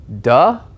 Duh